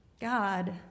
God